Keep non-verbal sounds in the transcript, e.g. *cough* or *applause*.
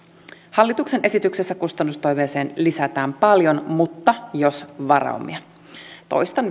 hallituksen esityksessä kustannustoiveeseen lisätään paljon mutta jos varaumia toistan *unintelligible*